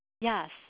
Yes